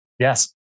Yes